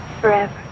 Forever